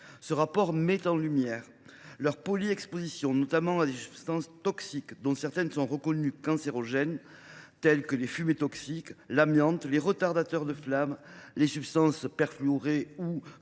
Ce rapport met en lumière la polyexposition de nos pompiers à des substances toxiques, dont certaines sont reconnues comme cancérogènes, telles que les fumées toxiques, l’amiante, les retardateurs de flamme, les substances perfluoroalkylées et polyfluoroalkylées